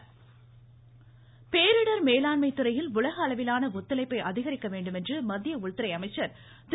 அமீத்ஷா பேரிடர் மேலாண்மை துறையில் உலக அளவிலான ஒத்துழைப்பை அதிகரிக்க வேண்டும் என்று மத்திய உள்துறை அமைச்சர் திரு